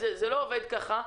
זה לא עובד כך.